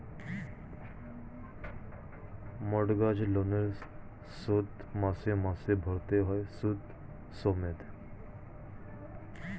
mortgage লোনের শোধ মাসে মাসে ভরতে হয় সুদ সমেত